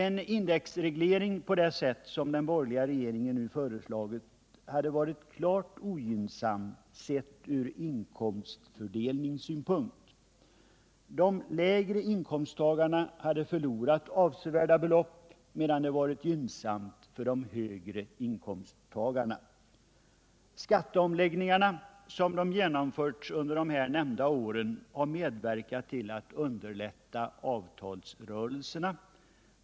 En indexreglering på det sätt som den borgerliga regeringen nu föreslagit hade varit klart ogynnsam ur inkomstfördelningssynpunkt. De lägre inkomsttagarna hade förlorat avsevärda belopp, medan den varit gynnsam för de högre inkomsttagarna. Skatteomläggningarna, så som de genomförts under de här nämnda åren, har medverkat till att underlätta avtalsrörelserna.